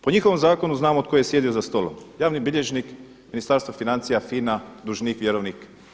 Po njihovom zakonu znamo tko je sjedio za stolom, javni bilježnik, Ministarstvo financija, FINA, dužnik, vjerovnik.